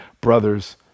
brothers